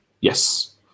Yes